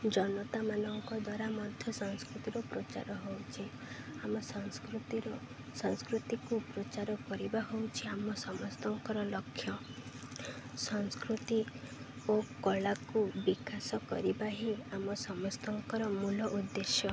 ଜନତାମାନଙ୍କ ଦ୍ୱାରା ମଧ୍ୟ ସଂସ୍କୃତିକ ପ୍ରଚାର ହଉଛିି ଆମ ସଂସ୍କୃତିର ସଂସ୍କୃତିକୁ ପ୍ରଚାର କରିବା ହଉଛି ଆମ ସମସ୍ତଙ୍କର ଲକ୍ଷ୍ୟ ସଂସ୍କୃତି ଓ କଳାକୁ ବିକାଶ କରିବା ହିଁ ଆମ ସମସ୍ତଙ୍କର ମୂଳ ଉଦ୍ଦେଶ୍ୟ